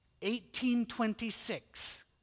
1826